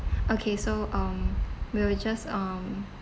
okay so um we will just um